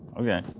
Okay